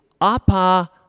apa